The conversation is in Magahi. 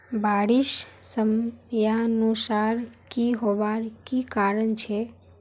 बारिश समयानुसार नी होबार की कारण छे?